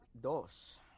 Dos